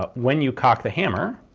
ah when you cock the hammer.